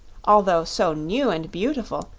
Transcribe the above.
although so new and beautiful,